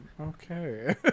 Okay